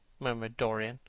murmured dorian